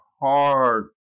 hard